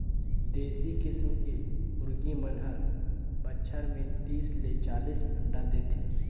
देसी किसम के मुरगी मन हर बच्छर में तीस ले चालीस अंडा देथे